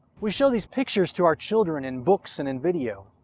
we show these pictures to our children in books and in videos,